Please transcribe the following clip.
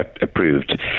approved